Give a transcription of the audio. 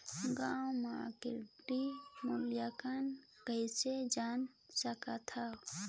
गांव म क्रेडिट मूल्यांकन कइसे जान सकथव?